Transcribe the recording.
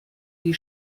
die